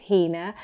Hina